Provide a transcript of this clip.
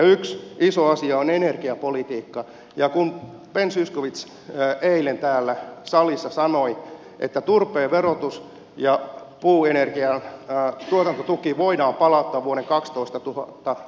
yksi iso asia on energiapolitiikka ja kun ben zyskowicz eilen täällä salissa sanoi että turpeen verotus ja puuenergian tuotantotuki voidaan palauttaa vuoden kaksitoistatuhatta